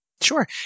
Sure